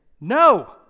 no